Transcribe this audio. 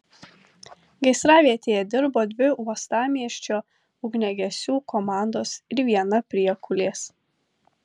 gaisravietėje dirbo dvi uostamiesčio ugniagesių komandos ir viena priekulės